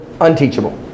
unteachable